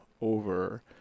over